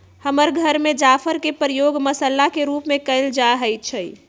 हमर घर में जाफर के प्रयोग मसल्ला के रूप में कएल जाइ छइ